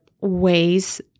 ways